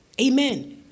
Amen